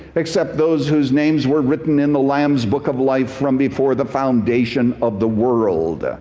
except those whose names were written in the lamb's book of life from before the foundation of the world.